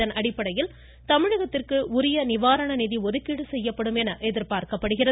இதனடிப்படையில் தமிழகத்திற்கு உரிய நிவாரண நிதி ஒதுக்கீடு செய்யப்படும் என எதிர்பார்க்கப்படுகிறது